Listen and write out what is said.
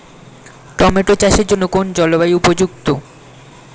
Tomato চাষের জন্য কোন জলবায়ু উপযুক্ত?